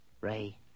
Ray